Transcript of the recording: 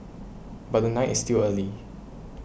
but the night is still early